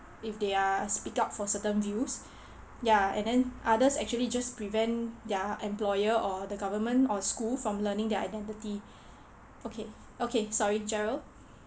if they're speak out for certain views ya and then others actually just prevent their employer or the government or school from learning their identity okay okay sorry jerald